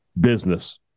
business